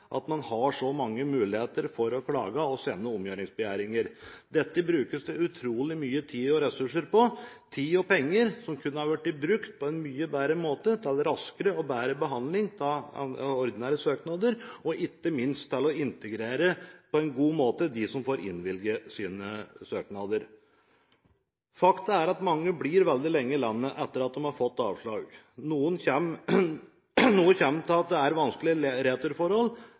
at man har så mange muligheter for å klage og sende omgjøringsbegjæringer. Dette brukes det utrolig mye tid og ressurser på, tid og penger som kunne ha vært brukt på en mye bedre måte, til raskere og bedre behandling av ordnede søknader og ikke minst til å integrere dem som får innvilget sine søknader, på en god måte. Faktum er at mange blir veldig lenge i landet etter at de har fått avslag. Noe kommer av at det er vanskelige returforhold,